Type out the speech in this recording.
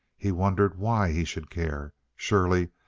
he wondered why he should care. surely,